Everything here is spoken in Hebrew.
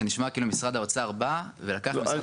זה נשמע כאילו משרד האוצר בא ולקח מהמשרד